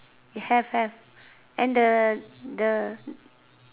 have have and the the